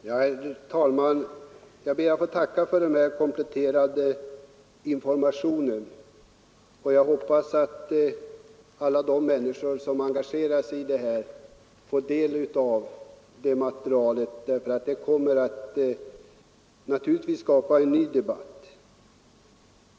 Herr talman! Jag ber att få tacka för denna kompletterande information. Jag hoppas att alla de människor som engagerar sig i detta får del av materialet. Det kommer naturligtvis att skapa en ny debatt.